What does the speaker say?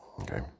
okay